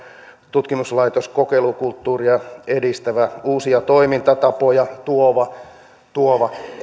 tutkimuslaitos kokeilukulttuuria edistävä uusia toimintatapoja tuova tuova